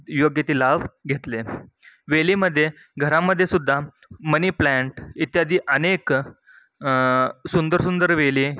योग्य ती लाभ घेतले वेलीमध्ये घरामध्येसुद्धा मनी प्लॅंट इत्यादी अनेक सुंदर सुंदर वेली